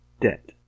Debt